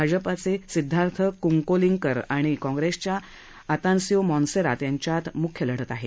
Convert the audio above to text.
भाजपा चे सिद्वार्थ कुंकोलींकर आणि काँप्रेस च्या अतानसिओ मॉनसेरात यांच्यात मुख्य लढत आहे